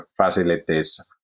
facilities